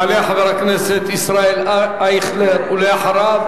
יעלה חבר הכנסת ישראל אייכלר, ואחריו,